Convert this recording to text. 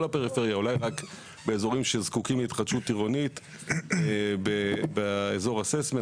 הפריפריה או רק באזורים שזקוקים להתחדשות עירונית באזור הססמי.